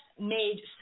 made